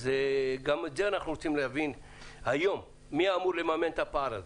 אז גם את זה אנחנו רוצים להבין היום: מי אמרו לממן את הפער הזה?